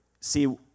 see